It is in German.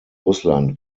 russland